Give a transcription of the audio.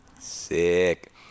Sick